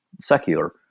secular